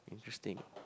interesting